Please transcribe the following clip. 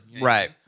Right